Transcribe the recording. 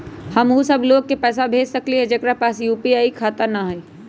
हम उ सब लोग के पैसा भेज सकली ह जेकरा पास यू.पी.आई बैंक खाता न हई?